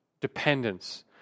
dependence